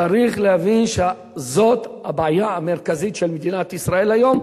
צריך להבין שזאת הבעיה המרכזית של מדינת ישראל היום,